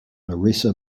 marisa